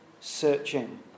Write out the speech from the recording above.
searching